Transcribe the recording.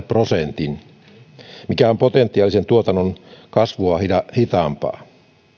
prosentin mikä on potentiaalisen tuotannon kasvua hitaampaa